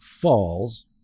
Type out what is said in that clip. falls